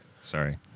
Sorry